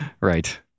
right